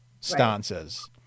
stances